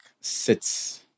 sits